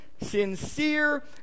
sincere